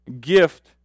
gift